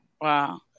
wow